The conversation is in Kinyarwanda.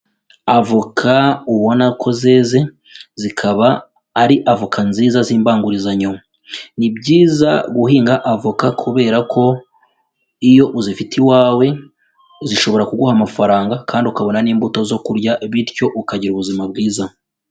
Avoka ubona ko zeze, zikaba ari avoka nziza z'imbangurizanyo ni byiza guhinga avoka kubera ko iyo uzifite iwawe zishobora kuguha amafaranga kandi ukabona n'imbuto zo kurya bityo ukagira ubuzima bwiza.